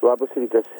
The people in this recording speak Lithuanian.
labas rytas